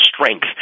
strength